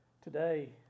today